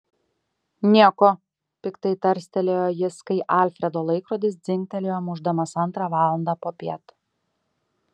nieko piktai tarstelėjo jis kai alfredo laikrodis dzingtelėjo mušdamas antrą valandą popiet